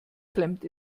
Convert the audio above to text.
klemmt